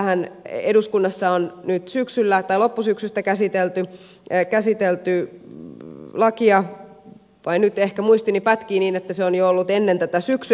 täällähän eduskunnassa on nyt syksyllä tai loppusyksystä käsitelty lakia tai nyt ehkä muistini pätkii niin että se on jo ollut ennen tätä syksyä